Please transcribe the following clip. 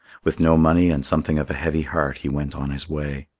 with no money and something of a heavy heart he went on his way.